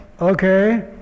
Okay